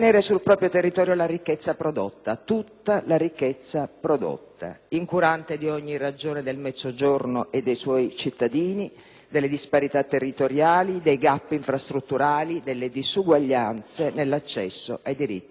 incurante di ogni ragione del Mezzogiorno e dei suoi cittadini, delle disparità territoriali, dei *gap* infrastrutturali, delle disuguaglianze nell'accesso ai diritti sociali di tanta parte del Paese.